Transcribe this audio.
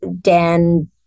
dan